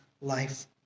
Life